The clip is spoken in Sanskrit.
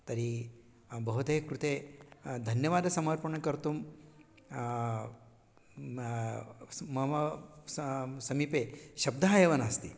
तर्हि भवते कृते धन्यवादसमर्पण कर्तुं म स् मम सां समीपे शब्दः एव नास्ति